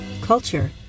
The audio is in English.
culture